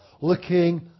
Looking